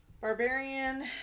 Barbarian